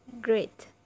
great